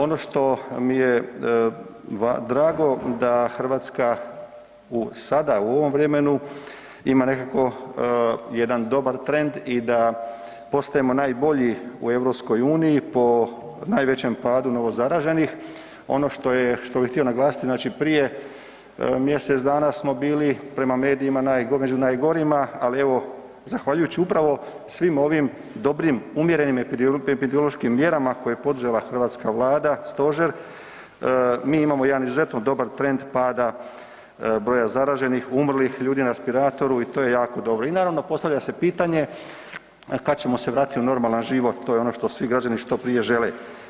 Ono što mi je drago, da Hrvatska sada u ovom vremenu ima nekako jedan dobar trend i da postajemo najbolji u Eu po najvećem padu novozaraženih, ono što bi htio naglasiti, znači prije mjesec dana smo bili prema medijima među najgorima, ali evo zahvaljujući upravo svim ovim dobrim, umjerenim epidemiološkim mjerama koje je poduzela hrvatska Vlada, stožer, mi imamo jedan izuzetno dobar trend pada broja zaraženih, umrlih, ljudi na respiratoru i to je jako dobro. i naravno, postavlja se pitanje kad ćemo se vratiti u normalan život, to je ono što svi građani što prije žele.